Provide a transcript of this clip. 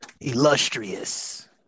illustrious